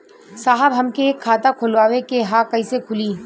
साहब हमके एक खाता खोलवावे के ह कईसे खुली?